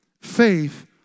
faith